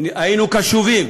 היינו קשובים.